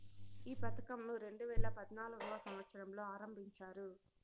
ఈ పథకంను రెండేవేల పద్నాలుగవ సంవచ్చరంలో ఆరంభించారు